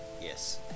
Yes